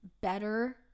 better